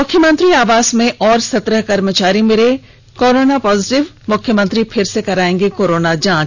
मुख्यमंत्री आवास में और सत्रह कर्मचारी मिले कोरोना पॉजिटिव मुख्यमंत्री फिर से कराएंगे कोरोना जांच